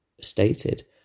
stated